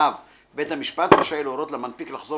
(ו)בית המשפט רשאי להורות למנפיק לחזור